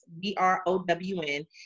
B-R-O-W-N